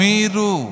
Miru